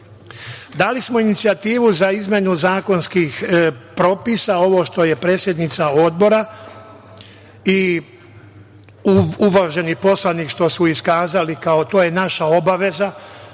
li smo inicijativu za izmenu zakonskih propisa, ovo što je predsednica Odbora i uvaženi poslanik što su iskazali kao da to je naša obaveza,